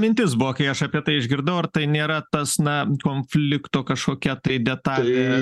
mintis buvo kai aš apie tai išgirdau ar tai nėra tas na konflikto kažkokia tai detalė